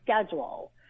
schedule